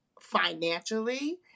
financially